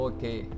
Okay